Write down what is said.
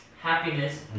happiness